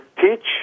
teach